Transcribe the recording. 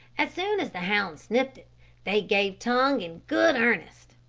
as soon as the hounds sniffed they gave tongue in good earnest.